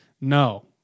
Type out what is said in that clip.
no